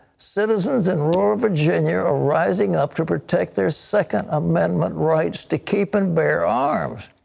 citizens in rural virginia are rising up to protect their second amendment rights to keep and bear arms.